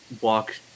walk